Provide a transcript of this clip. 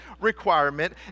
requirement